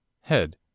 Head